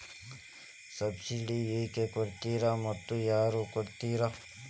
Subsidy ಯಾಕೆ ಕೊಡ್ತಾರ ಮತ್ತು ಯಾರ್ ಕೊಡ್ತಾರ್?